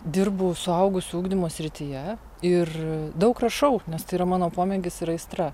dirbu suaugusių ugdymo srityje ir daug rašau nes tai yra mano pomėgis ir aistra